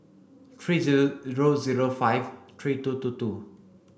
three zero zero zero five three two two two